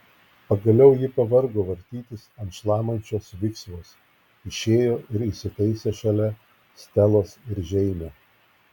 pagaliau ji pavargo vartytis ant šlamančios viksvos išėjo ir įsitaisė šalia stelos ir žeimio